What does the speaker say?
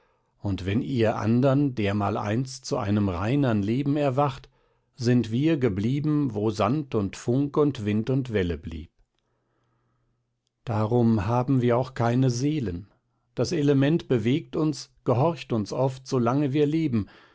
und wenn ihr andern dermaleinst zu einem reinern leben erwacht sind wir geblieben wo sand und funk und wind und welle blieb darum haben wir auch keine seelen das element bewegt uns gehorcht uns oft solange wir leben